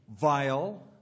vile